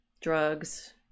drugs